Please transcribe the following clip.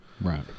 Right